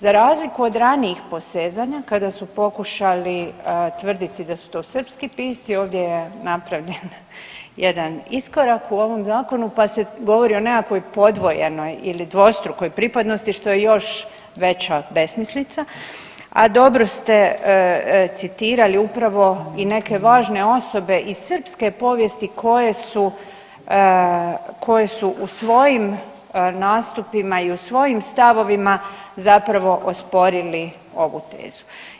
Za razliku od ranijih posezanja kada su pokušali tvrditi da su to srpski pisci, ovdje je napravljen jedan iskorak u ovom zakonu, pa se govori o nekoj podvojenoj ili dvostrukoj pripadnosti, što je još veća besmislica, a dobro ste citirali upravo i neke važne osobe iz srpske povijesti koje su u svojim nastupima i u svojim stavovima zapravo osporili ovu tezu.